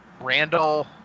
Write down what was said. Randall